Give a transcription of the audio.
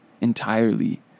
entirely